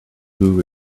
who